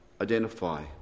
identify